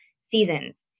seasons